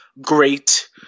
great